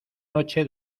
noche